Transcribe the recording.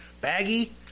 baggy